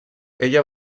ella